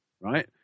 right